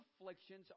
afflictions